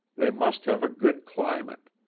they must have a good climate.